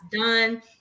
done